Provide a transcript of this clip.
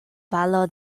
valo